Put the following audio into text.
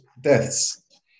deaths